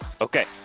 okay